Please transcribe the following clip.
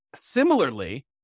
Similarly